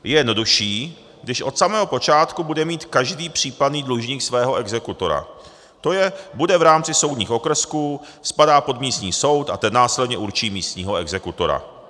Je jednodušší, když od samého počátku bude mít každý případný dlužník svého exekutora, tj. bude v rámci soudních okrsků, spadá pod místní soud a ten následně určí místního exekutora.